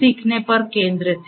सीखने पर केंद्रित है